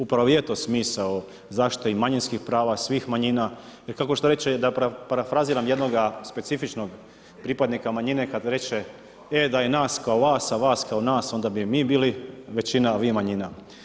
Upravo je to smisao zaštite i manjinskih prava svih manjina, kako šta reče da parafraziram jednoga specifičnog pripadnika manjine kada reče, e da je nas kao vas, a vas kao nas onda bi mi bili većina, a vi manjina.